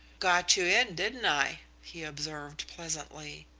got you in, didn't i? he observed pleasantly.